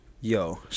yo